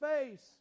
face